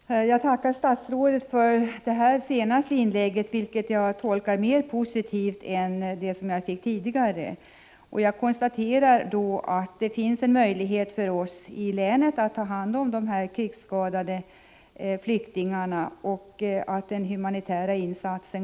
Fru talman! Jag tackar statsrådet för det senaste inlägget, vilket jag bedömer vara mera positivt än det tidigare avgivna svaret. Jag konstaterar att det finns en möjlighet för oss i Västerbottens län att ta hand om krigsskadade flyktingar. Vi kan således här utföra en humanitär insats.